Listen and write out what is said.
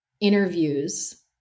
interviews